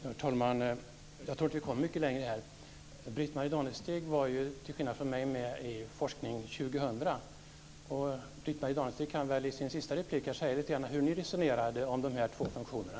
Herr talman! Jag tror inte vi kommer mycket längre här. Britt-Marie Danestig var ju med i Forskning 2000, vilket jag inte var. Britt-Marie Danestig kan kanske i sin sista replik här säga lite grann om hur ni resonerade om de här två funktionerna.